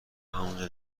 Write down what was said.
همونجا